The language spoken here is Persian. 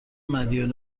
مدیون